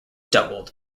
doubled